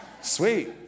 Sweet